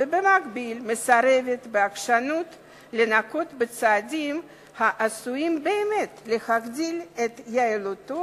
ובמקביל מסרבת בעקשנות לנקוט צעדים העשויים באמת להגדיל את יעילותו